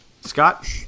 Scott